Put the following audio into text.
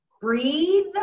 breathe